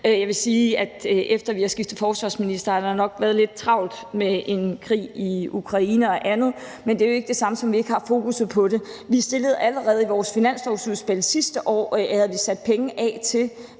Jeg vil sige, at efter at vi har skiftet forsvarsminister, har der nok været lidt travlt med en krig i Ukraine og andet, men det er jo ikke det samme som, at vi ikke har fokusset på det. Vi havde allerede i vores finanslovsudspil sidste år sat penge af til,